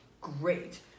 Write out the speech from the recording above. great